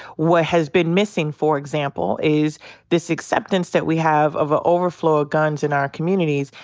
what has been missing for example is this acceptance that we have of an overflow of guns in our communities,